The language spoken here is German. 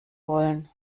wollen